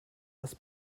was